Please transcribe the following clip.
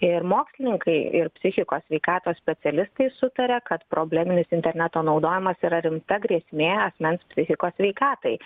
ir mokslininkai ir psichikos sveikatos specialistai sutaria kad probleminis interneto naudojimas yra rimta grėsmė asmens psichikos sveikatai